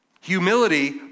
Humility